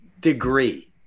degree